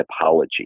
apology